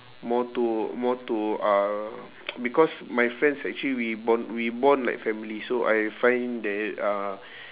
more to more to uh because my friends actually we bond we bond like family so I find that uh